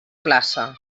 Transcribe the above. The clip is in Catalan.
plaça